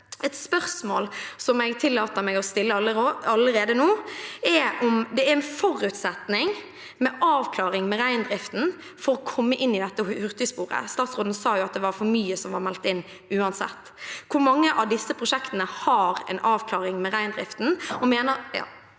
Et spørsmål jeg tillater meg å stille allerede nå, er om det er en forutsetning med avklaring med reindriften for å komme inn i dette hurtigsporet. Statsråden sa jo at det var for mange som var meldt inn, uansett. Hvor mange av disse prosjektene har en avklaring med reindriften?